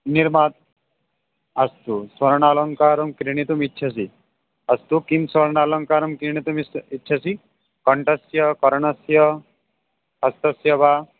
निर्मा अस्तु स्वर्णालङ्कारं क्रीणितुम् इच्छसि अस्तु किं स्वर्णालङ्कारं क्रीणितुम् इच्छ इच्छसि कण्ठस्य कर्णस्य हस्तस्य वा